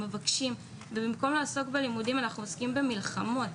במקום לעסוק בלימודים, אנחנו עוסקים במלחמות.